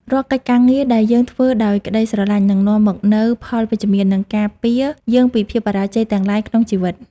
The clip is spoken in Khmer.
រាល់កិច្ចការងារដែលយើងធ្វើដោយក្ដីស្រឡាញ់នឹងនាំមកនូវផលវិជ្ជមាន និង ការពារយើងពីភាពបរាជ័យទាំងឡាយក្នុងជីវិត។